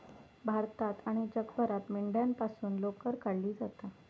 भारतात आणि जगभरात मेंढ्यांपासून लोकर काढली जाता